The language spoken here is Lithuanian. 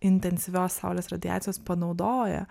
intensyvios saulės radiacijos panaudoja